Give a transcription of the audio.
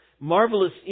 marvelous